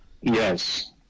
Yes